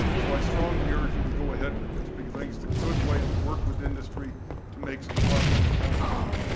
so i strongly urge that we go ahead with this, because i think it's a good way to work with industry to make some positive accomplishments.